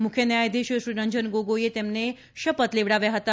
મુખ્ય ન્યાયાધીશશ્રી રંજન ગોગોઇએ તેમને શપથ લેવડાવ્યા હતા